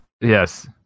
Yes